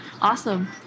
Awesome